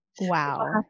Wow